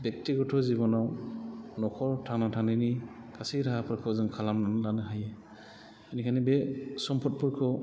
बेक्तिगथ' जिबनाव न'खर थांना थानायनि खायसे राहाफोरखौ जों खालामनानै लानो हायो बेनिखायनो बे सम्फदफोरखौ